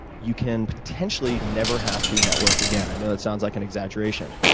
you can potentially never have to network again. i know that sounds like an exaggeration.